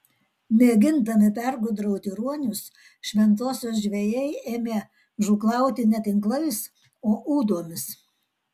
mėgindami pergudrauti ruonius šventosios žvejai ėmė žūklauti ne tinklais o ūdomis